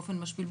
באופן משפיל,